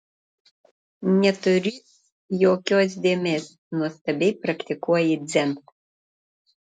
neturi jokios dėmės nuostabiai praktikuoji dzen